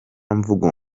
mvugo